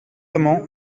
amans